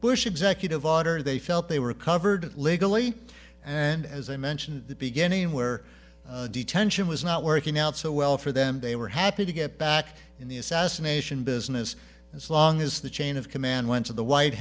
bush executive order they felt they were covered legally and as i mentioned the beginning where detention was not working out so well for them they were happy to get back in the assassination business as long as the chain of command went to the white